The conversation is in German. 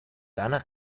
werner